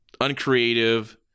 uncreative